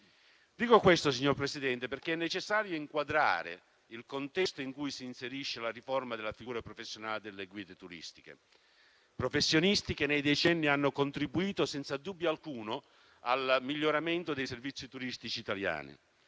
Dico questo, signor Presidente, perché è necessario inquadrare il contesto in cui si inserisce la riforma della figura professionale delle guide turistiche. Si tratta di professionisti che nei decenni hanno contribuito senza dubbio alcuno al miglioramento dei servizi turistici italiani.